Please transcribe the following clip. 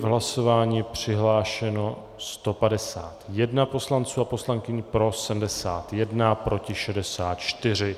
V hlasování přihlášeno 151 poslanců a poslankyň, pro 71, proti 64.